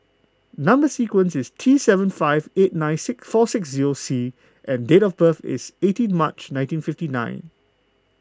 Number Sequence is T seven five eight nine four six zero C and date of birth is eighteen March nineteen fifty nine